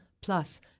Plus